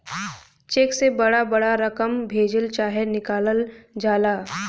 check से बड़ बड़ रकम भेजल चाहे निकालल जाला